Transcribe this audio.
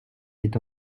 est